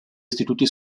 istituti